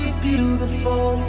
beautiful